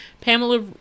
Pamela